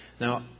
Now